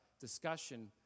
discussion